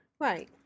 Right